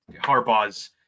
Harbaugh's